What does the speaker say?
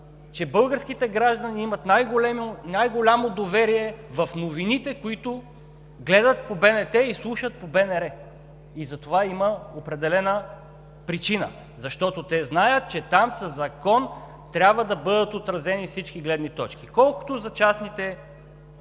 че българските граждани имат най-голямо доверие в новините, които гледат по БНТ и слушат по БНР. И затова има определена причина, защото те знаят, че там със закон трябва да бъдат отразени всички гледни точки. Колкото за частните